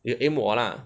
aim 我 lah